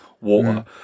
water